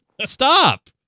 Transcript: Stop